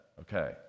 Okay